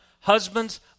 Husbands